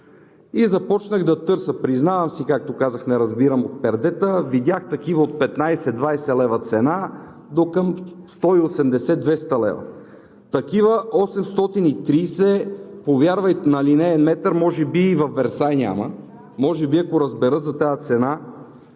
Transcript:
И започнах да търся – признавам си, както казах, не разбирам от пердета, видях такива от 15 – 20 лв. цена докъм 180 – 200 лв. Такива от 830 лв. на линеен метър, повярвайте, може би и във Версай няма. Може би, ако разберат за тази цена,